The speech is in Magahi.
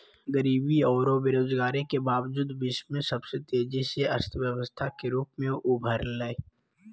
गरीबी औरो बेरोजगारी के बावजूद विश्व में सबसे तेजी से अर्थव्यवस्था के रूप में उभरलय